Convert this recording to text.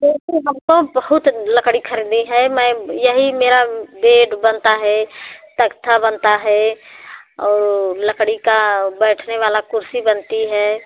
क्योंकि हमको बहुत लकड़ी ख़रीदनी है मैं यही मेरा बेड बनता है तख़्ता बनता है और लकड़ी की बैठने वाली कुर्सी बनती है